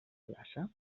plaça